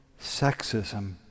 sexism